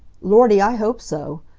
lordy, i hope so!